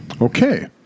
Okay